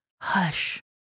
hush